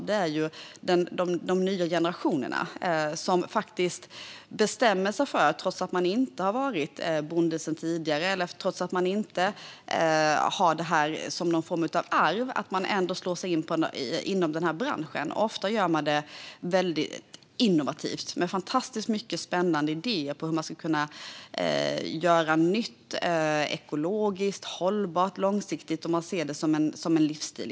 Det kommer nya generationer som trots att de inte varit bönder tidigare och har detta som ett arv bestämmer sig för att slå sig in i denna bransch. Ofta gör de det väldigt innovativt och har fantastiskt mycket spännande idéer om hur de kan göra saker på ett nytt sätt, ekologiskt, hållbart och långsiktigt, och de ser det egentligen som en livsstil.